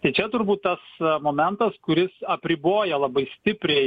tai čia turbūt tas momentas kuris apriboja labai stipriai